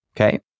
Okay